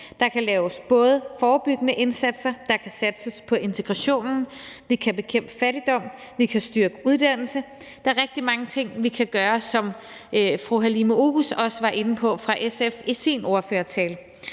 Der kan både laves forebyggende indsatser, der kan satses på integrationen, vi kan bekæmpe fattigdom, og vi kan styrke uddannelse. Der er rigtig mange ting, vi kan gøre, som fru Halime Oguz fra SF også var inde på i sin ordførertale.